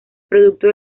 producto